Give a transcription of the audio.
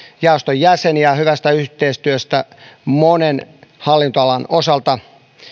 jaoston jäseniä hyvästä yhteistyöstä monen hallinnonalan osalta